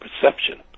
perception